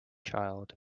child